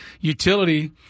utility